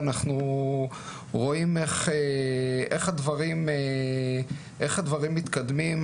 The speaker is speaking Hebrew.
ואנחנו רואים איך הדברים מתקדמים,